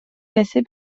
classée